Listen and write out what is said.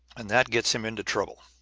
and that gets him into trouble.